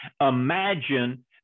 Imagine